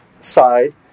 side